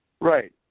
Right